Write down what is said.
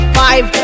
five